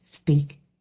speak